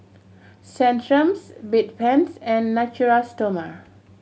Centrum Bedpans and Natura Stoma